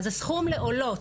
הסכום לעולות,